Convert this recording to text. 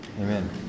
Amen